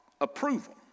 approval